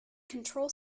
control